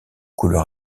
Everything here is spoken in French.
couleur